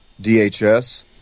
DHS